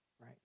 right